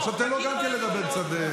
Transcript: עכשיו תן גם לו לדבר קצת.